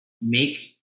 make